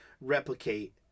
replicate